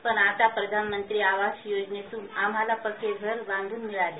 पण आता प्रधानमंत्री आवास योजनेतून आम्हाला पक्के घर बांधून मिळालं